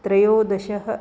त्रयोदशः